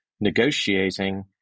negotiating